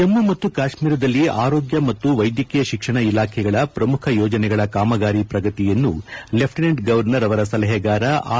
ಜಮ್ನು ಮತ್ತು ಕಾಶ್ಲೀರದಲ್ಲಿ ಆರೋಗ್ಯ ಮತ್ತು ವೈದ್ಯಕೀಯ ಶಿಕ್ಷಣ ಇಲಾಖೆಗಳ ಪ್ರಮುಖ ಯೋಜನೆಗಳ ಕಾಮಗಾರಿ ಪ್ರಗತಿಯನ್ನು ಲೆಫ್ಟಿನೆಂಟ್ ಗೌರ್ವನರ್ ಅವರ ಸಲಹೆಗಾರ ಆರ್